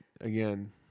again